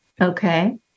Okay